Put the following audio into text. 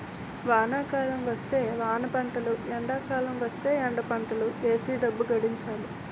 వానాకాలం వస్తే వానపంటలు ఎండాకాలం వస్తేయ్ ఎండపంటలు ఏసీ డబ్బు గడించాలి